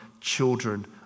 children